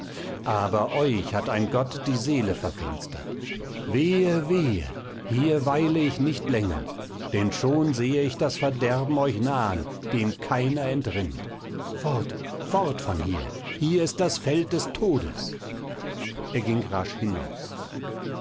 aber euch hat ein gott die seele verfinstert wehe wehe hier weile ich nicht länger denn schon sehe ich das verderben euch nahen dem keiner entrinnt fort fort von hier hier ist das feld des todes er ging rasch hinaus